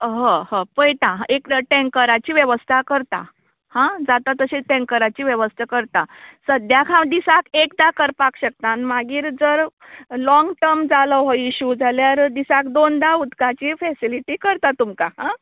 हय हय पळयतां एक तर टॅंकराची वेवस्था करतां हां जाता तशें टॅंकराची वेवस्था करता सद्द्याक हांव दिसाक एकदां करपाक शकतां मागीर जर लाँग टर्म जालो हो इश्यू जाल्यार दिसाक दोनदां उदकाची फॅसिलिटी करता तुमकां आं